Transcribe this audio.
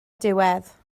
diwedd